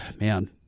man